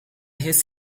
his